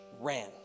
ran